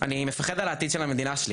אני מפחד על העתיד של המדינה,